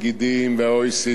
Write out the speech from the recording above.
כך דרכו,